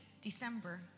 December